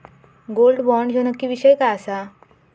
Gold bond ह्यो नक्की विषय काय आसा?